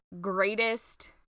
greatest